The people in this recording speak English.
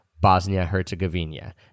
Bosnia-Herzegovina